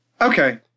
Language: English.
Okay